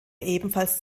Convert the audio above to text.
ebenfalls